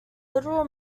literal